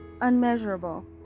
unmeasurable